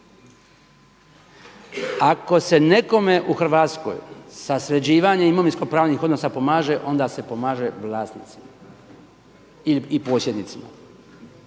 Ako se nekome u Hrvatskoj sa sređivanjem imovinskopravnih odnosa pomaže onda se pomaže vlasnicima i posjednicima.